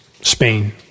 Spain